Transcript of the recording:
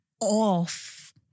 off